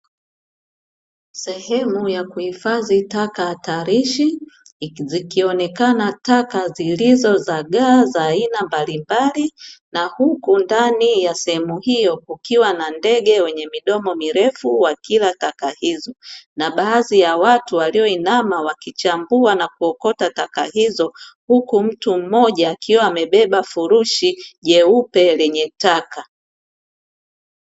Sehemu ya kuhifadhi taka hatarishi, zikionekana taka zilizozagaa za aina mbalimbali, na huku ndani ya sehemu hiyo kukiwa na ndege wenye midomo mirefu wakila taka hizo. Na baadhi ya watu walioinama wakichambua na kuokota taka hizo, huku mtu mmoja akiwa amebeba furushi jeupe lenye taka.